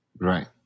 Right